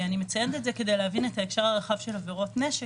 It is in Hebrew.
אני מציינת את זה כדי להבהיר את ההקשר הנרחב של עבירות הנשק.